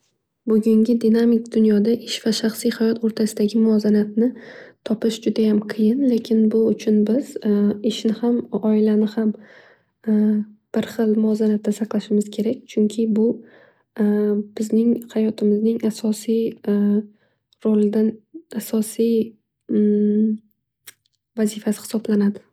Bugungi dinamik dunyoda ish va shaxsiy ish hayot o'rtasidagi muvozanatni topish judayam qiyin. Lekin bu uchun ishni ham oilani ham bir xil muvozanatda saqlashimiz kerak. Chunki bu bizning hayotimizning asosiy umm asosiy ro'lidan umm asosiy vazifasi hisoblanadi.